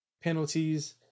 penalties